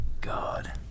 god